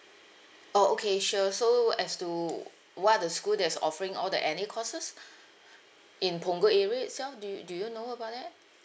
oh okay sure so as to what are the school that's offering all the N_A courses in punggol area itself do you do you know about that